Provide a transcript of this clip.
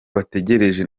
bategereje